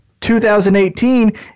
2018